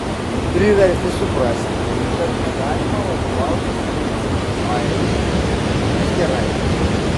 privertė suprasti kad negalima vadovautis principu ai bus gerai